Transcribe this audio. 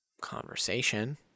conversation